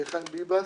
חיים ביבס,